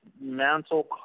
mantle